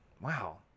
Wow